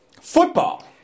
Football